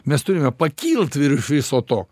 mes turime pakilt virš viso to